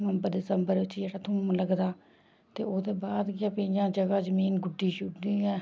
नंवबर दिसंबर जेह्ड़ा थोम लग्गदा ते ओह्दे बाद गै जगह् जमीन गुड्डी शुड्डियै